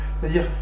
C'est-à-dire